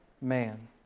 man